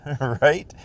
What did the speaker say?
right